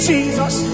Jesus